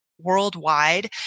worldwide